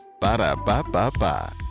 Ba-da-ba-ba-ba